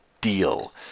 deal